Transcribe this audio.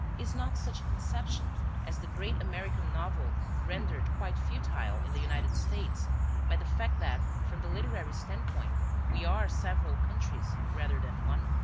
is not such a conception as the great american novel rendered quite futile in the united states by the fact that from the literary standpoint we are several countries rather than one?